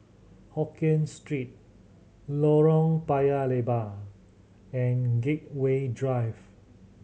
Hokkien Street Lorong Paya Lebar and Gateway Drive